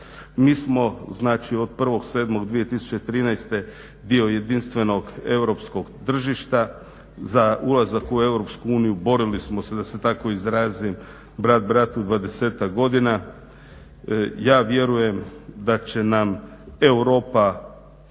Mi smo znači od 1. 7. 2013. dio jedinstvenog europskog tržišta. Za ulazak u Europsku uniju borili smo se da se tako izrazim brat bratu 20-ak godina. Ja vjerujem da će nam Europa